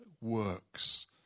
works